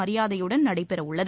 மரியாதையுடன் நடைபெறவுள்ளது